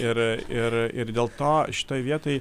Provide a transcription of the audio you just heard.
ir ir ir dėl to šitoj vietoj